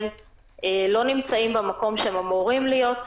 לא נמצאים במקום שהם אמורים להיות בו.